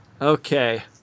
Okay